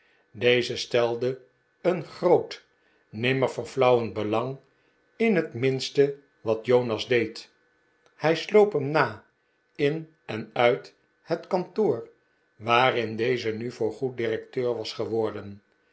deze stelde een groot nimmer verflauwend belang in het minste wat jonas deed hij sloop hem na in en uit het kantoor waarin deze nu voorgoed directeur was geworden